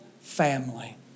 family